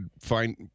find